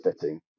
fitting